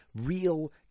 real